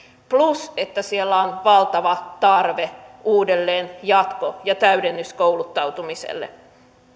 plus että siellä on valtava tarve uudelleen jatko ja täydennyskouluttautumiselle